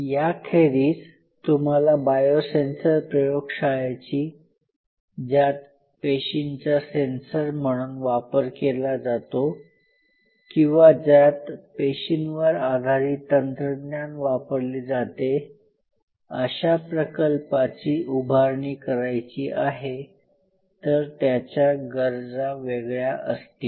याखेरीज तुम्हाला बायोसेन्सर प्रयोगशाळेची ज्यात पेशींचा सेंसर म्हणून वापर केला जातो किंवा ज्यात पेशींवर आधारित तंत्रज्ञान वापरले जाते अशा प्रकल्पाची उभारणी करायची आहे तर त्याच्या गरजा वेगळ्या असतील